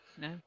No